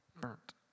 burnt